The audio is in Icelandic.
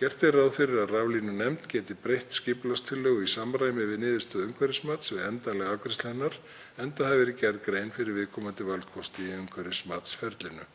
Gert er ráð fyrir að raflínunefnd geti breytt skipulagstillögu í samræmi við niðurstöðu umhverfismats við endanlega afgreiðslu hennar, enda hafi verið gerð grein fyrir viðkomandi valkosti í umhverfismatsferlinu.